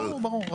ברור הרעיון.